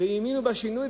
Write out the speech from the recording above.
והאמינו בשינוי,